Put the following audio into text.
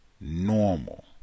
normal